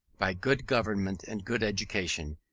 by good government and good education,